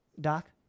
doc